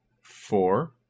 four